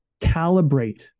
calibrate